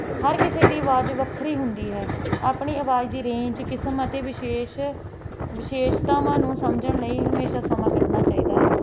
ਹਰ ਕਿਸੇ ਦੀ ਆਵਾਜ਼ ਵੱਖਰੀ ਹੁੰਦੀ ਹੈ ਆਪਣੀ ਆਵਾਜ਼ ਦੀ ਰੇਂਜ ਕਿਸਮ ਅਤੇ ਵਿਸ਼ੇਸ਼ ਵਿਸ਼ੇਸ਼ਤਾਵਾਂ ਨੂੰ ਸਮਝਣ ਲਈ ਹਮੇਸ਼ਾ ਸਮਾਂ ਕੱਢਣਾ ਚਾਹੀਦਾ ਹੈ